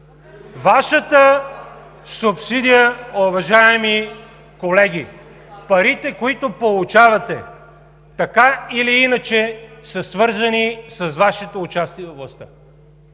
Вашата субсидия, уважаеми колеги, парите, които получавате, така или иначе са свързани с Вашето участие във властта.